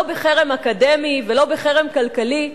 לא בחרם אקדמי ולא בחרם כלכלי,